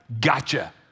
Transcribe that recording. gotcha